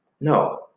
no